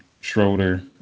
Schroeder